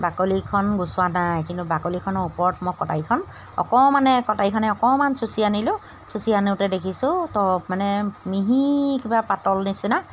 বাকলিখন গুচোৱা নাই কিন্তু বাকলিখনৰ ওপৰত মই কটাৰীখন অকণমানে কটাৰীখনে অকণমান চুচি আনিলোঁ চুচি আনোঁতে দেখিছোঁ তৰপ মানে মিহি কিবা পাতল নিচিনা